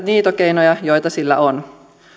niitä keinoja joita sillä on